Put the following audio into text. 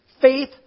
Faith